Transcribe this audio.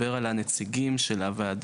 שמדבר על הנציגים של הוועדה,